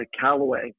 Callaway